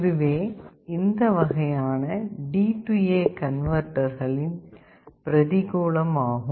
இதுவே இந்த வகையான DA கன்வெர்ட்டர்கள்ளின் பிரதிகூலம் ஆகும்